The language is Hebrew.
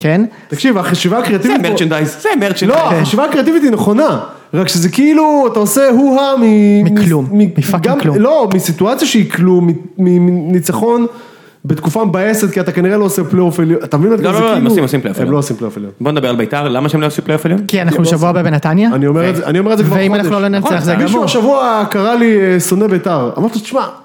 כן? תקשיב, החשיבה הקריאטיבית פה... זה מרצ'נדייז. זה מרצ'נדיאיז. לא, החשיבה הקריאטיבית היא נכונה! רק שזה כאילו, אתה עושה הוהה מ... מכלום. גם, לא, מסיטואציה שהיא כלום, מניצחון, בתקופה מבאסת, כי אתה כנראה לא עושה פלייאוף... אתה מבין את זה? כאילו... לא לא לא, הם עושים, עושים פלייאוף עליון. הם לא עושים פלייאוף עליון. בוא נדבר על בית"ר, למה שהם לא יעשו פלייאוף עליון?. כי אנחנו שבוע בנתניה?